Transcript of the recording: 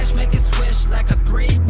it swish like a three